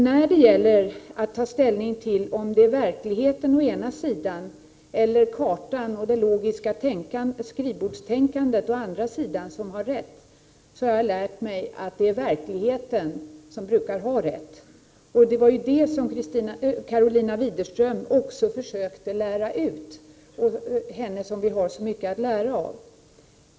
När det gäller att ta ställning till om det är verkligheten å ena sidan eller kartan och det logiska skrivbordstänkandet å den andra som har rätt har jag lärt mig att det är verkligheten som brukar ha rätt. Det är det som Karolina Widerström också försökte lära ut. Det är henne vi har så mycket att lära av.